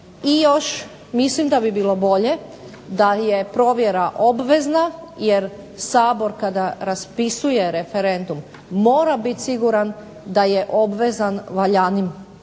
i još mislim da bi bilo bolje da je provjera obvezna, jer Sabor kada raspisuje referendum mora biti siguran da je obvezan valjanim